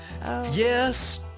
Yes